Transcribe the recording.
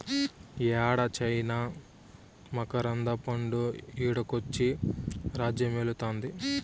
యేడ చైనా మకరంద పండు ఈడకొచ్చి రాజ్యమేలుతాంది